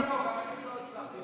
גם אני לא הצלחתי.